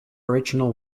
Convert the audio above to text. original